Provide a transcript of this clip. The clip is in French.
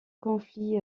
conflit